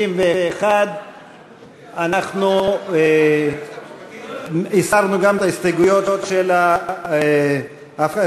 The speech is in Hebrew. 61. אנחנו הסרנו גם את ההסתייגויות של ההפחתה.